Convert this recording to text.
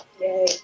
Yay